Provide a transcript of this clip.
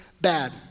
bad